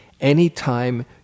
Anytime